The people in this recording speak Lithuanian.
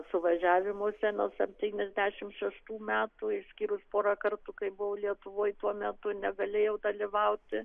suvažiavimuose nuo septyniasdešimt šeštų metų išskyrus porą kartų kai buvau lietuvoj tuo metu negalėjau dalyvauti